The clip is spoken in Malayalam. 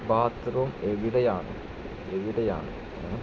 ബാത്രൂം എവിടെയാണ് എവിടെയാണ്